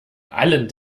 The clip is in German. allen